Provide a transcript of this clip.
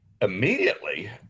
immediately